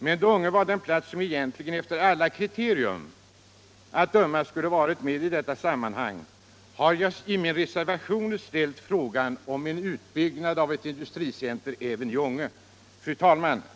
Men då Ånge var den plats som egentligen enligt alla kriterier skulle ha varit med i detta sammanhang har jag i min reservation ställt frågan om byggande av ett industricentrum även i Ånge. Fru talman!